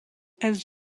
elles